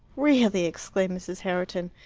really, exclaimed mrs. herriton,